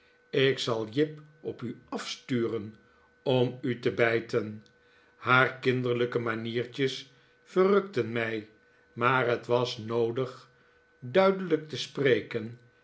ik zal jip op u afsturen om u te bijten haar kinderlijke maniertjes verrukten mij maar het was noodig duidelijk te spreken